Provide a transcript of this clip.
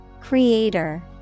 Creator